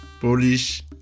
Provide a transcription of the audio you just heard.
Polish